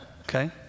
Okay